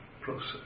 process